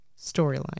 storyline